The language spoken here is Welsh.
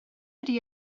ydy